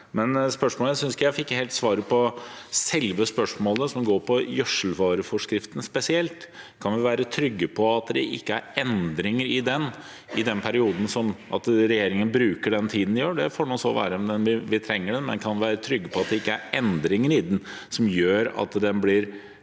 jeg fikk svar på selve spørsmålet, som gikk på gjødselvareforskriften spesielt. Kan vi være trygge på at det ikke er endringer i den perioden? At regjeringen bruker den tiden de gjør, det får nå så være, men vi trenger den. Kan vi være trygge på at det ikke er endringer som gjør at den blir